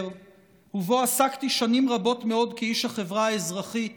ובו עסקתי שנים רבות מאוד כאיש החברה האזרחית